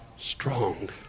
strong